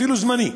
אפילו זמני.